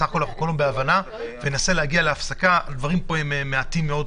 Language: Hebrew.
בסך הכול כולם כאן בהבנה ויש מעט מאוד דברים שהם במחלוקת.